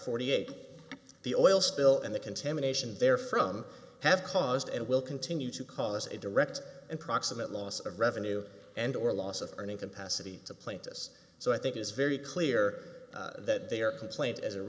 forty eight the oil spill and the contamination therefrom have caused and will continue to cause a direct and proximate loss of revenue and or loss of earning capacity to plant this so i think it's very clear that their complaint a